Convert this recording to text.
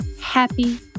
happy